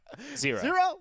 Zero